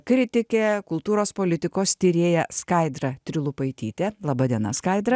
kritikė kultūros politikos tyrėja skaidra trilupaitytė laba diena skaidra